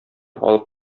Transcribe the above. алып